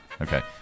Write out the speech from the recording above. Okay